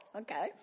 Okay